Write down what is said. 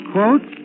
Quote